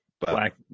black